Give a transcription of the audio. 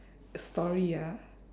a story ya